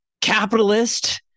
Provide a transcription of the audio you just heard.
capitalist